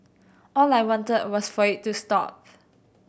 all I wanted was for it to stop